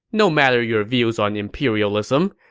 no matter your views on imperialism,